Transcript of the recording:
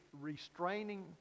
restraining